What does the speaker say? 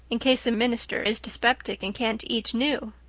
in case the minister is dyspeptic and can't eat new.